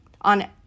on